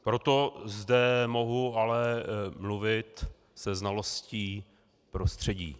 Proto zde mohu ale mluvit se znalostí prostředí.